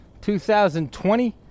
2020